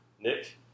Nick